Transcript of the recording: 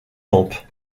lampes